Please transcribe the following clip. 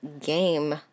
game